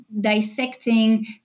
dissecting